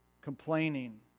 complaining